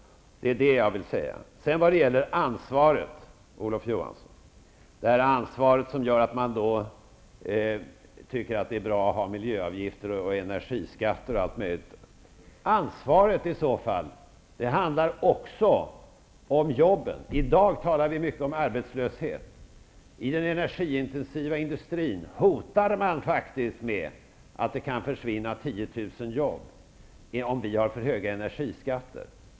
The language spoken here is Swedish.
Det är det jag vill säga. Det ansvar som gör att Olof Johansson tycker att det är bra att ha miljöavgifter, energiskatter och allt möjligt handlar också om jobben. I dag talar vi mycket om arbetslöshet. I den energiintensiva industrin hotar man faktiskt med att det kan försvinna 10 000 jobb, om vi har för höga energiskatter.